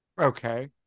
Okay